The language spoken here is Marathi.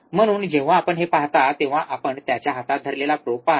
म्हणून जेव्हा आपण हे पाहता तेव्हा आपण त्याच्या हातात धरलेला प्रोब पहाल